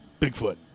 Bigfoot